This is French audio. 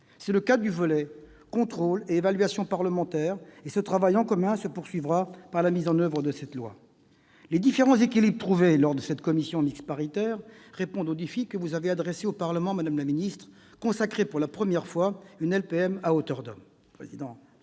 C'est le cas du volet relatif au contrôle et à l'évaluation parlementaires, et ce travail en commun se poursuivra par la mise en oeuvre de cette loi. Les différents équilibres trouvés lors de cette commission mixte paritaire répondent au défi que vous aviez adressé au Parlement, madame la ministre : consacrer, pour la première fois, une LPM « à hauteur d'homme